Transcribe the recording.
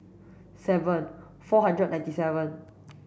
seven four hundred and ninety seven